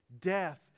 Death